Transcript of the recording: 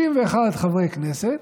61 חברי כנסת,